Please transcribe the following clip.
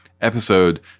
episode